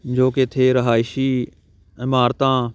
ਜੋ ਕਿ ਇੱਥੇ ਰਿਹਾਇਸ਼ੀ ਇਮਾਰਤਾਂ